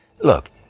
Look